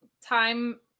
time